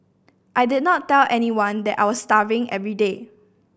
I did not tell anyone that I was starving every day